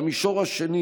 המישור השני